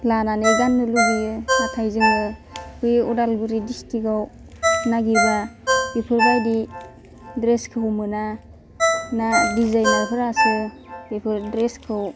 लानानै गाननो लुगैयो नाथाय जोङो बै अदालगुरि डिस्टिक्टआव नागिबा बेफोरबायदि ड्रेसखौ मोना ना डिजायनारफ्रासो बेफोर ड्रेसखौ